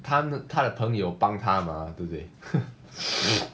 他那他的朋友帮他吗对不对 !huh!